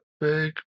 big